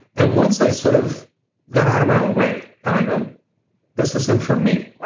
and once i sort of got out of my own way and i go this isn't for me.